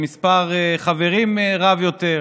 עם מספר חברים רב יותר,